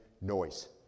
noise